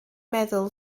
meddwl